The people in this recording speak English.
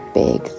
big